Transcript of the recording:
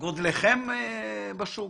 גודלכם בשוק,